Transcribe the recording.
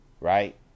right